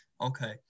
okay